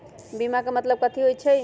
बीमा के मतलब कथी होई छई?